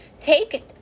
take